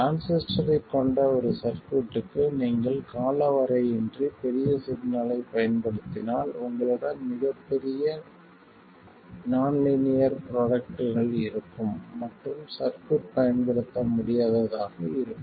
டிரான்சிஸ்டரைக் கொண்ட ஒரு சர்க்யூட்க்கு நீங்கள் காலவரையின்றி பெரிய சிக்னலைப் பயன்படுத்தினால் உங்களிடம் மிகப் பெரிய நான் லீனியர் ப்ரோடக்ட்கள் இருக்கும் மற்றும் சர்க்யூட் பயன்படுத்த முடியாததாக இருக்கும்